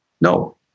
No